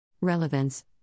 Relevance